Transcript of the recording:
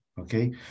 okay